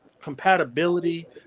compatibility